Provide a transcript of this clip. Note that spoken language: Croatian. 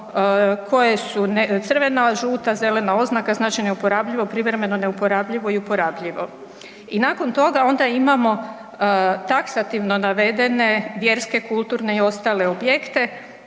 koje su crvena, žuta, zelena oznaka znači neuporabljivo, privremeno neuporabljivo i uporabljivo. I nakon toga onda imamo taksativno navedene vjerske, kulturne i ostale objekte,